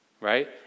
right